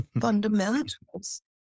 fundamentals